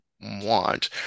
want